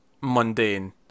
mundane